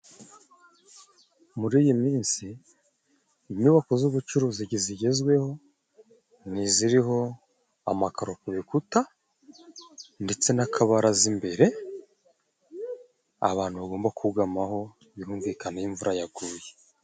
Muri iyi minsi inyubako z'ubucuruzi zigezweho ni iziriho amakaro ku bikuta, ndetse n'akabaraza imbere abantu bagomba kugamaho birumvikana iyo imvura yaguye.